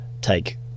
take